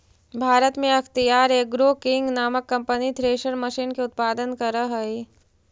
भारत में अख्तियार Agro King नामक कम्पनी थ्रेसर मशीन के उत्पादन करऽ हई